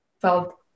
felt